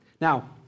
Now